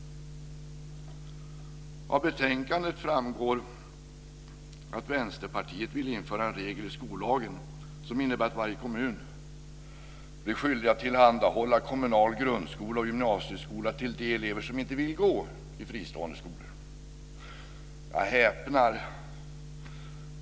Av betänkandet framgår att Vänsterpartiet vill införa en regel i skollagen som innebär att varje kommun blir skyldig att tillhandahålla kommunal grundskola och gymnasieskola till de elever som inte vill gå i fristående skolor. Jag häpnar.